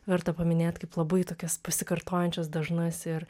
verta paminėt kaip labai tokias pasikartojančias dažnas ir